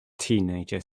teenager